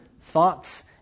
thoughts